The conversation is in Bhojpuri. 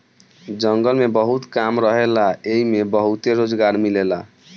जंगल में बहुत काम रहेला एइमे बहुते रोजगार मिलेला